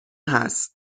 هست